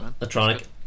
Electronic